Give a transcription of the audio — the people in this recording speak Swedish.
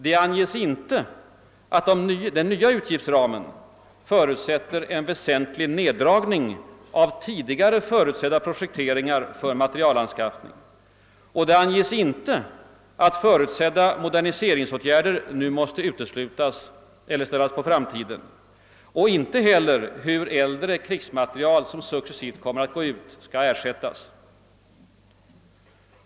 Det anges inte att de nya utgiftsramarna förutsätter en väsentlig neddragning av tidigare förutsatta projekteringar för materialanskaffning. Det anges inte att förutsedda moderniseringsåtgärder nu måste uteslutas eller ställas på framtiden och inte heller hur äldre krigsmaterial som successivt kommer att gå ut skall ersättas.